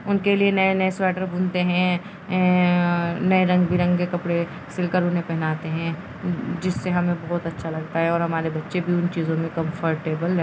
ان کے لیے نئے نئے سویٹر بنتے ہیں نئے رنگ برنگے کپڑے سلکل انہ پہناتے ہیں جس سے ہمیں بہت اچھا لگتا ہے اور ہمارے بچے بھی ان چیزوں میں کمفرٹیبل رہ